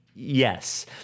Yes